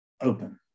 open